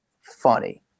funny